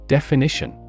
Definition